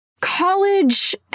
college